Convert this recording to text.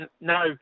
no